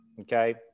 okay